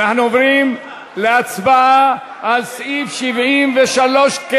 אנחנו עוברים להצבעה על סעיף 73 לשנת 2015,